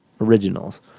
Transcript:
originals